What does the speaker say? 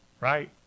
right